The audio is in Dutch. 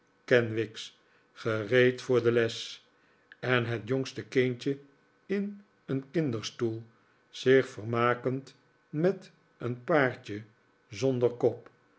kenwigs gereed voor de les en het jongste kindje in een kinderstoel zich vermakend met een paardje zonder kop